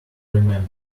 remember